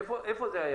איפה זה היה